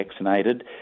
vaccinated